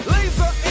Laser